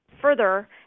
Further